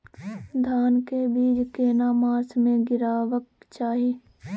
धान के बीज केना मास में गीराबक चाही?